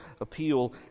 appeal